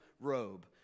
robe